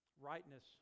rightness